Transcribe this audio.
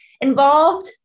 involved